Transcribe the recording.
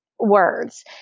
words